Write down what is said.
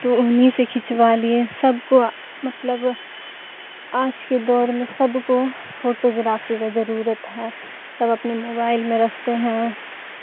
تو انہیں سے کھنچوا لیے سب کو مطلب آج کے دور میں سب کو فوٹوگرافی کا ضرورت ہے سب اپنے موبائل میں رکھتے ہیں